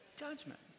Judgment